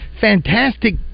fantastic